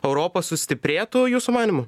europa sustiprėtų jūsų manymu